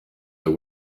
that